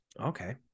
okay